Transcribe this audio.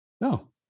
No